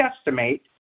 estimate